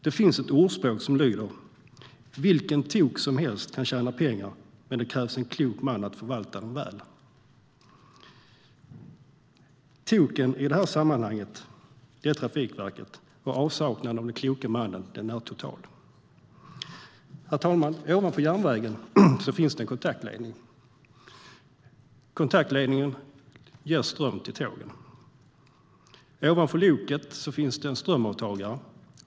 Det finns ett ordspråk som lyder: Vilken tok som helst kan tjäna pengar, men det krävs en klok man att förvalta dem väl. Token i det här sammanhanget är Trafikverket, och avsaknaden av den kloke mannen är total. Herr talman! Ovanför järnvägen finns det en kontaktledning. Kontaktledningen ger ström till tågen. Ovanpå loket finns det en strömavtagare.